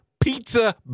pizza